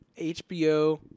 HBO